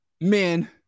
men